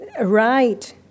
Right